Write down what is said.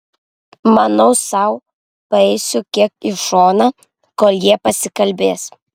manau sau paeisiu kiek į šoną kol jie pasikalbės